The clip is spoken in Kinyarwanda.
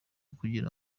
kugira